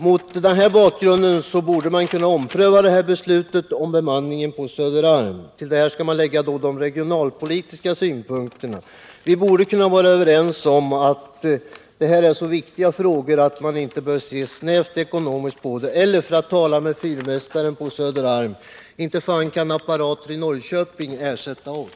Mot denna bakgrund borde man kunna ompröva beslutet om bemanningen på Söderarm. Till detta skall också läggas de regionalpolitiska synpunkterna. Vi borde kunna vara överens om att detta är så viktiga frågor att man inte bör se snävt ekonomiskt på dem. Det är ju sant det som fyrmästaren på Söderarm har sagt i en tidningsintervju: ”Inte faen kan apparater i Norrköping ersätta oss!”